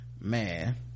man